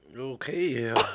Okay